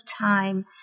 time